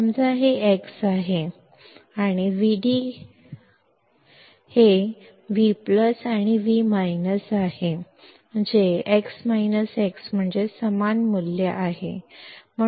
ಇದು ಎಕ್ಸ್ ಎಂದು ಭಾವಿಸೋಣ ಇದು ಎಕ್ಸ್ ಮತ್ತು ವಿಡಿ ವಿ ವಿ V V ಅಂದರೆ ಎಕ್ಸ್ ಎಕ್ಸ್ ಅಂದರೆ ಒಂದೇ ಮೌಲ್ಯ ಆದರೆ ಇದು 0 ಆಗಿರುತ್ತದೆ